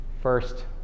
first